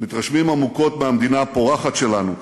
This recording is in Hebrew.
מתרשמים עמוקות מהמדינה הפורחת שלנו.